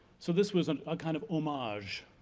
so this was a kind of homage,